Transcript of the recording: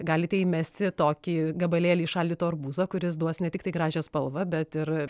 galite įmesti tokį gabalėlį šaldyto arbūzo kuris duos ne tiktai gražią spalvą bet ir